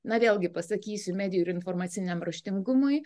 na vėlgi pasakysiu medijų ir informaciniam raštingumui